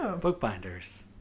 bookbinders